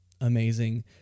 amazing